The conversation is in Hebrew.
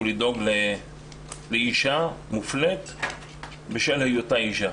הוא לדאוג לאישה מופלית בשל היותה אישה.